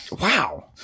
Wow